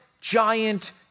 giant